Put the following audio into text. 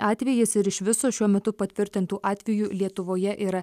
atvejis ir iš viso šiuo metu patvirtintų atvejų lietuvoje yra